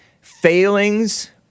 failings